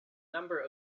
number